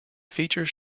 features